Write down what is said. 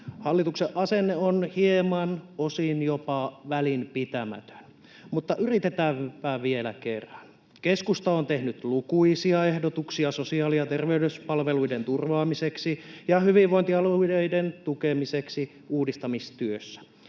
Hallituksen asenne on hieman osin jopa välinpitämätön, mutta yritetäänpä vielä kerran. Keskusta on tehnyt lukuisia ehdotuksia sosiaali- ja terveyspalveluiden turvaamiseksi ja hyvinvointialueiden tukemiseksi uudistamistyössä,